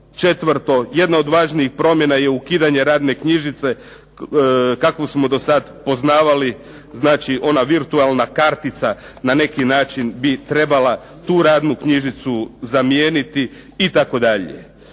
Četvrto. Jedna od važnijih promjena je ukidanje radne knjižice kakvu smo do sad poznavali. Znači, ona virtualna kartica na neki način bi trebala tu radnu knjižicu zamijeniti itd.